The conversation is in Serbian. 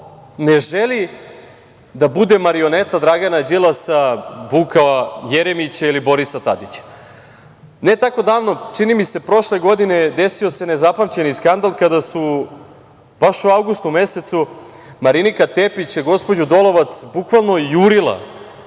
ne želi da bude marioneta Dragana Đilasa, Vuka Jeremića ili Borisa Tadića. Ne tako davno, čini mi se prošle godine, desio se nezapamćeni skandal, kada je baš u avgustu mesecu Marinika Tepić gospođu Dolovac bukvalno jurila